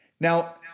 Now